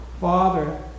Father